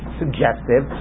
suggestive